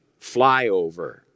flyover